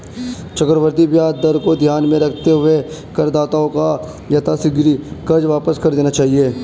चक्रवृद्धि ब्याज दर को ध्यान में रखते हुए करदाताओं को यथाशीघ्र कर्ज वापस कर देना चाहिए